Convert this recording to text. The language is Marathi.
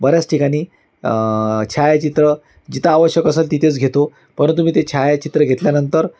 बऱ्याच ठिकाणी छायाचित्र जिथं आवश्यक असंल तिथेच घेतो परंतु मी ते छायाचित्र घेतल्यानंतर